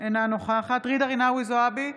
אינה נוכחת ג'ידא רינאוי זועבי,